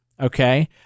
Okay